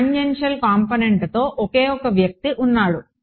tangential కాంపోనెంట్తో ఒకే ఒక్క వ్యక్తి ఉన్నాడు